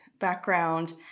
background